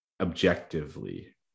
objectively